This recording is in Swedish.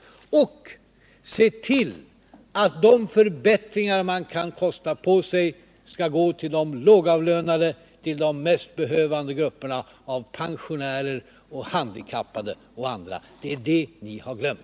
Vi skall också se till att de förbättringar man kan kosta på sig går till de lågavlönade, till de mest behövande grupperna av pensionärer, handikappade och andra. Det är det ni har glömt!